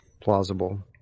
plausible